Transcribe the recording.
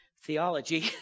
theology